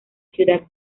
ciudad